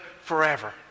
forever